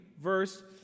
verse